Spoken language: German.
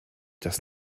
das